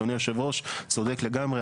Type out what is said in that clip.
אדוני היושב-ראש צודק לגמרי.